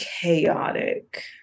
chaotic